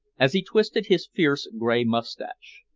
as he twisted his fierce gray mustache.